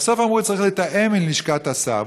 בסוף אמרו: צריך לתאם עם לשכת השר.